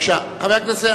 חברי הכנסת,